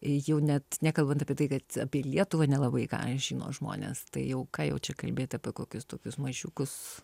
jau net nekalbant apie tai kad apie lietuvą nelabai ką žino žmonės tai jau ką jau čia kalbėti apie kokius tokius mažiukus